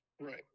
Right